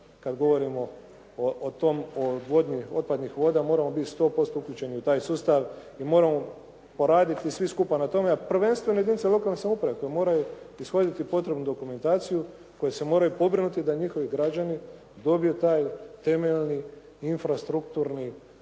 kad govorimo o odvodnji otpadnih voda moramo biti sto posto uključeni u taj sustav i moramo poraditi svi skupa na tome, a prvenstveno jedinice lokalne samouprave tu moraju ishoditi potrebnu dokumentaciju za koju se moraju pobrinuti da njihovi građani dobiju taj temeljni infrastrukturni